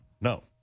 No